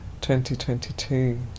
2022